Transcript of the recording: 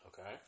Okay